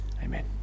Amen